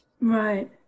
Right